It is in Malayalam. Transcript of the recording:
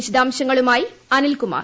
വിശദാംശങ്ങളുമായി അനിൽകുമാർ